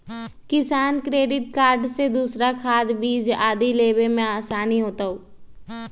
किसान credit card से तोरा खाद, बीज आदि लेवे में आसानी होतउ